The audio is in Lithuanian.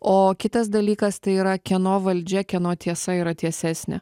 o kitas dalykas tai yra kieno valdžia kieno tiesa yra tiesesnė